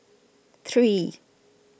three